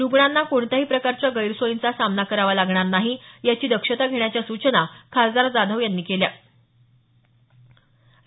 रुग्णांना कोणत्याही प्रकारच्या गैरसोयींचा सामना करावा लागणार नाही याची दक्षता घेण्याच्या सूचना खासदार जाधव यांनी आरोग्य विभागाला दिल्या